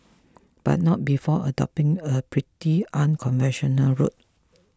but not before adopting a pretty unconventional route